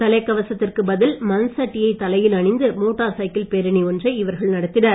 தலைக்கவசத்திற்கு பதில் மண் சட்டியை தலையில் அணிந்து மோட்டார் சைக்கிள் பேரணி ஒன்றை இவர்கள் நடத்தினர்